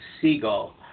seagull